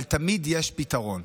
אבל תמיד יש פתרון,